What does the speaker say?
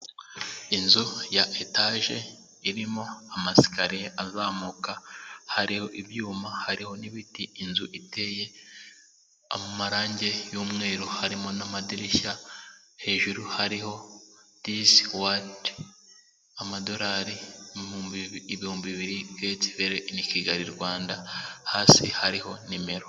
Inzu ya etaje irimo amasikariya azamuka hariho ibyuma hariho n'ibiti inzu iteye amarangi y'umweru, harimo n'amadirishya hejuru hariho disi wati amadorari ibihumbi bibiri geti veri ini Kigali Rwanda hasi hariho nimero.